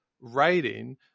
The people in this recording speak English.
writing